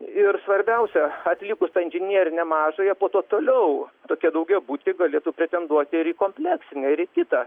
ir svarbiausia atlikus tą inžinerinę mažąją po to toliau tokia daugiabutį galėtų pretenduoti ir į kompleksinę ir į kitą